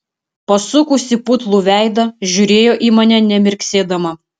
pasukusi putlų veidą žiūrėjo į mane nemirksėdama